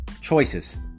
choices